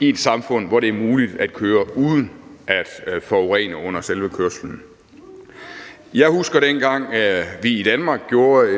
i et samfund, hvor det er muligt at køre uden at forurene under selve kørslen. Jeg husker, dengang vi i Danmark gjorde